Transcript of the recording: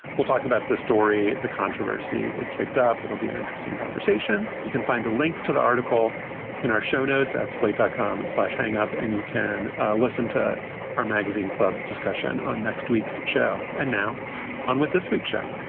we'll talk about the story, the controversy. it kicked up. it'll be an interesting conversation. you can find a link to the article in our show, notes at slate dot com. and slash hang up. and you can listen to our magazine club discussion on next week's show. and now on with this week's show